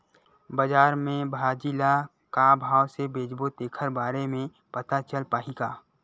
बजार में भाजी ल का भाव से बेचबो तेखर बारे में पता चल पाही का?